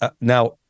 now